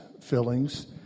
fillings